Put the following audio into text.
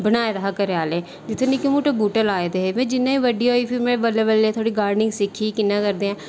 बनाए दा हा घरै आह्लें जित्थें निक्के मुट्टे बूह्टे लाए दे हे फिर जियां मैं बड्डी होई में बल्लें बल्लें थोह्ड़ी गार्डनिंग सिक्खी कि'यां करदे